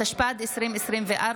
התשפ"ד 2024,